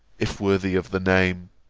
if worthy of the name.